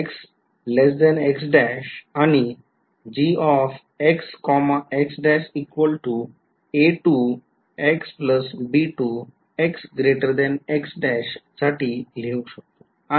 तर मी हे असे आणि लिहू शकतो